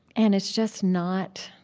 and it's just not